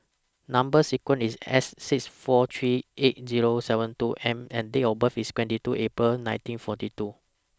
Number sequence IS S six four three eight Zero seven two M and Date of birth IS twenty two April nineteen forty two